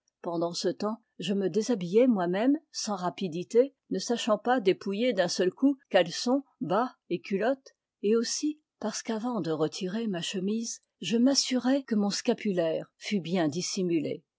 pendant ce temps je me déshabillais moi-même sans rapidité ne sachant pas dépouiller d'un seul coup caleçons bas et culotte et aussi parce qu'avant de retirer ma chemise je m'assurais que mon sca pulaire fût bien dissimulé